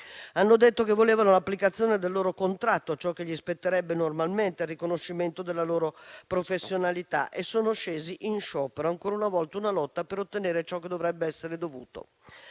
Hanno detto che volevano l'applicazione del loro contratto, ciò che spetterebbe loro normalmente e il riconoscimento della loro professionalità e sono scesi in sciopero; ancora una volta, una lotta per ottenere ciò che dovrebbe essere dovuto.